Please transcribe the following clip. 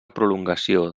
prolongació